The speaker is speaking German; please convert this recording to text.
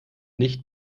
nicht